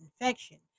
infection